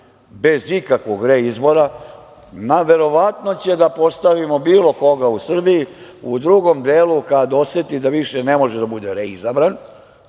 bez ikakvog reizbora. Verovatno ćemo da postavimo bilo koga u Srbiji, u drugom delu kada oseti da više ne može da bude reizabran